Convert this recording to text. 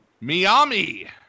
Miami